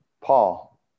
Paul